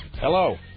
Hello